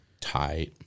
tight